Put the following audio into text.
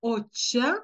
o čia